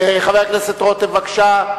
חבר הכנסת רותם, בבקשה.